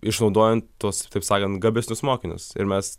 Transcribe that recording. išnaudojant tuos taip sakant gabesnius mokinius ir mes